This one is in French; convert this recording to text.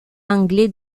anglais